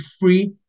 free